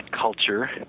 culture